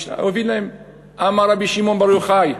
אמר להם רבי שמעון בר יוחאי: